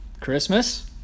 Christmas